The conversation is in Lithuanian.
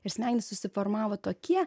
ir smegenys susiformavo tokie